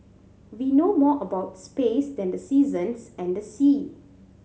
we know more about space than the seasons and the sea